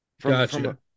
Gotcha